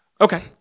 Okay